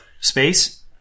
space